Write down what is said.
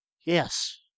Yes